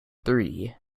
three